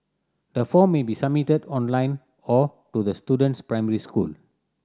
the form may be submitted online or to the student's primary school